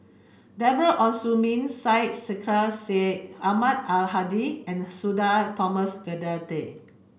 Deborah Ong Hui Min Syed Sheikh Syed Ahmad Al Hadi and Sudhir Thomas Vadaketh